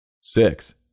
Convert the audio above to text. six